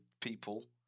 people